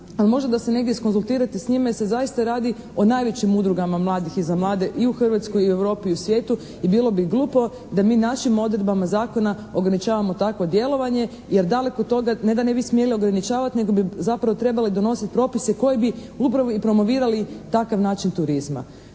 Ali možda da se negdje iskonzultirate s njima jer se zaista radi o najvećim udrugama mladih i za mlade i u Hrvatskoj i u Europi, i u svijetu i bilo bi glupo da mi našim odredbama zakona ograničavamo takvo djelovanje. Jer daleko od toga, ne da ne bi smjeli ograničavati nego bi zapravo trebali donositi propise koji bi upravo i promovirali takav način turizma.